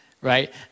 right